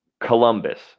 columbus